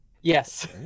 Yes